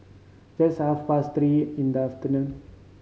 just half past three in the afternoon